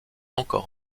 encore